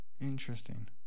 interesting